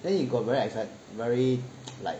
then he got very excited very like